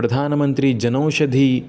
प्रधानमन्त्री जनौषधी